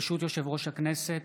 ברשות יושב-ראש הכנסת,